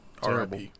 terrible